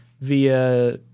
via